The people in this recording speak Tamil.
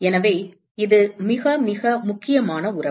எனவே இது மிக மிக முக்கியமான உறவு